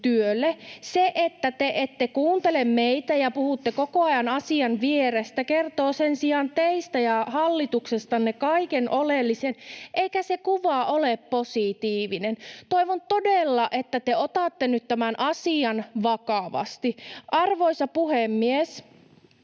Se, että te ette kuuntele meitä ja puhutte koko ajan asian vierestä, kertoo sen sijaan teistä ja hallituksestanne kaiken oleellisen, eikä se kuva ole positiivinen. Toivon todella, että te otatte nyt tämän asian vakavasti. Arvoisa puhemies!